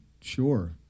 sure